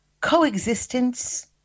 Coexistence